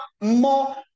more